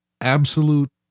absolute